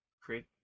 create